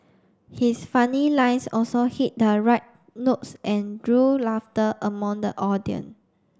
his funny lines also hit the right notes and drew laughter among the audience